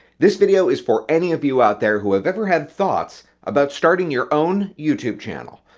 this video is for any of you out there who have ever had thoughts about starting your own youtube channel.